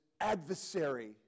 adversary